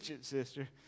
sister